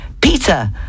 Peter